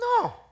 No